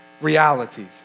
realities